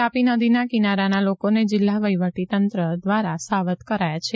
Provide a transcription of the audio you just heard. તાપી નદીના કિનારાના લોકોને જિલ્લા વહીવટીતંત્ર સાવધ કર્યા છે